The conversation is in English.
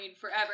forever